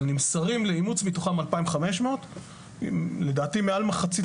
אבל נמסרים לאימוץ מתוכם 2,500. לדעתי מעל מחצית